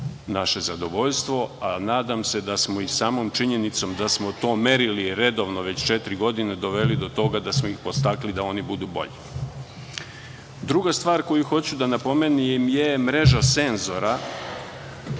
naše zadovoljstvo. Nadam se da smo i samom činjenicom da smo to merili redovno već četiri godine doveli do toga da smo ih podstakli da oni budu bolji. Druga stvar koju hoću da napomenem je mreža senzora.